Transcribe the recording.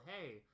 hey